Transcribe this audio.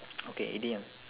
okay idioms